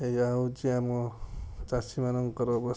ଏୟା ହୋଉଛି ଆମ ଚାଷୀ ମାନଙ୍କର ଅବସ୍ଥା